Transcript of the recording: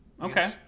Okay